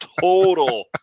Total